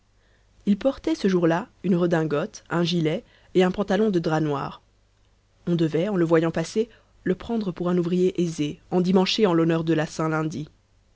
il portait ce jour-là une redingote un gilet et un pantalon de drap noir on devait en le voyant passer le prendre pour un ouvrier aisé endimanché en l'honneur de la